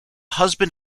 husband